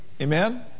Amen